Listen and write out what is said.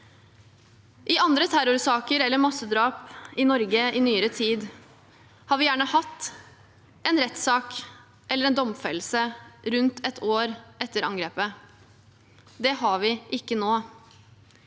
I andre terrorsaker eller massedrap i Norge i nyere tid, har vi gjerne hatt en rettssak eller en domfellelse rundt et år etter angrepet. Det har vi ikke nå.